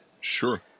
Sure